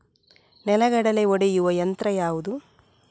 ನೆಲಗಡಲೆ ಒಡೆಯುವ ಯಂತ್ರ ಯಾವುದು?